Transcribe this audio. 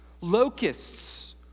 Locusts